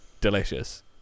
delicious